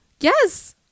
Yes